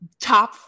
top